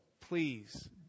please